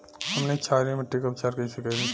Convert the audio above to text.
हमनी क्षारीय मिट्टी क उपचार कइसे करी?